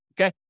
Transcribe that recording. okay